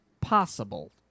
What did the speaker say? possible